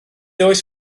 oes